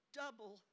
double